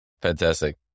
Fantastic